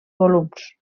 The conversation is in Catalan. volums